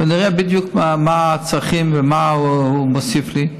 ונראה בדיוק מה הצרכים ומה הוא מוסיף לי,